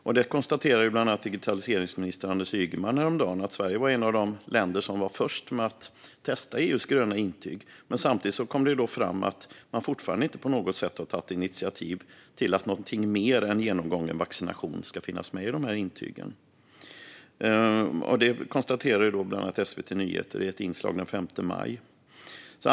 Häromdagen konstaterade digitaliseringsminister Anders Ygeman att Sverige var ett av de länder som var först med att testa EU:s gröna intyg, men samtidigt kom det fram att man fortfarande inte har tagit initiativ till att mer än bara genomgången vaccination ska finnas med i intygen. Detta konstaterade bland annat SVT Nyheter i ett inslag den 5 maj.